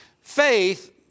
Faith